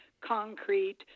concrete